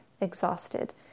exhausted